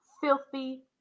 filthy